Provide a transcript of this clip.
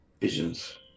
visions